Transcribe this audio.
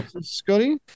Scotty